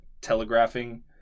telegraphing